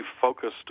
focused